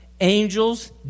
angels